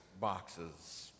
boxes